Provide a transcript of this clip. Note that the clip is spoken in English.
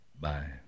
Bye